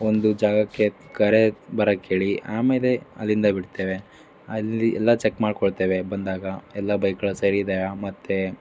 ಒಂದು ಜಾಗಕ್ಕೆ ಕರೆ ಬರಕ್ಕೆ ಹೇಳಿ ಆಮೇಲೆ ಅಲ್ಲಿಂದ ಬಿಡ್ತೇವೆ ಅಲ್ಲಿ ಎಲ್ಲ ಚೆಕ್ ಮಾಡಿಕೊಳ್ತೇವೆ ಬಂದಾಗ ಎಲ್ಲ ಬೈಕ್ಗಳು ಸರಿ ಇದೆಯಾ ಮತ್ತು